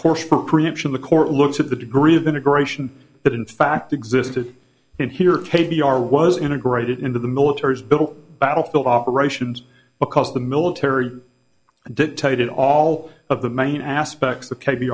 course for preemption the court looks at the degree of integration that in fact existed in here k b r was integrated into the military is built battlefield operations because the military dictated all of the main aspects of k